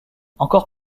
encore